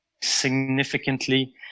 significantly